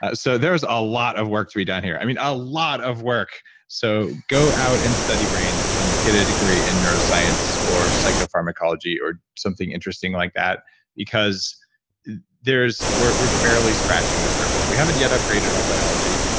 ah so there's a lot of work to be done here. i mean, a lot of work so go out and study brains and get a degree in neuroscience or psychopharmacology or something interesting like that because we're barely scratching the surface. we haven't yet upgraded our biology.